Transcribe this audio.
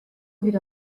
wieder